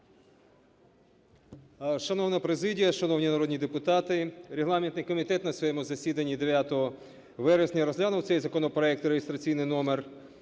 Шановна президія! Шановні народні депутати! Регламентний комітет на своєму засіданні 9 вересня розглянув цей законопроект (реєстраційний номер